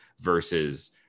versus